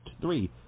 three